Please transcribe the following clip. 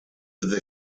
with